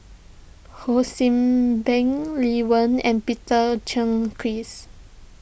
Ho See Beng Lee Wen and Peter Gilchrist